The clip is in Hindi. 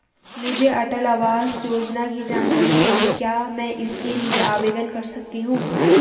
मुझे अटल आवास योजना की जानकारी चाहिए क्या मैं इसके लिए आवेदन कर सकती हूँ?